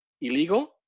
illegal